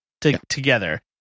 together